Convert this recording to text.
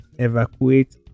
evacuate